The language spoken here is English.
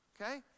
Okay